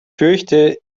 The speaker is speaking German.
fürchte